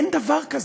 אין דבר כזה.